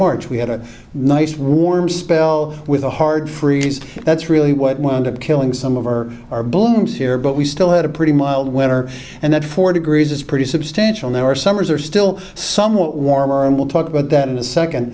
march we had a nice warm spell with a hard freeze that's really what wound up killing some of our our blooms here but we still had a pretty mild winter and that four degrees is pretty substantial now our summers are still somewhat warmer and we'll talk about that in